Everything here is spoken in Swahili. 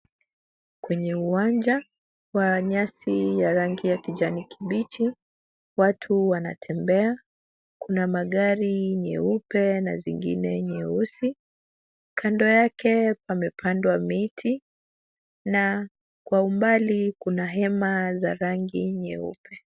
Kwenye uwanja wa nyasi ya rangi ya kijani kibichi. Watu wanetembea. Kuna fari nyeupe na zingine nyeusi. Kando yake pamepandwa miti na kwa umbali kuna hema za rangi nyeupe.